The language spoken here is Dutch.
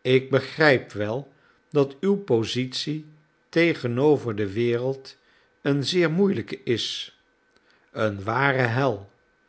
ik begrijp wel dat uw positie tegenover de wereld een zeer moeielijke is een ware hel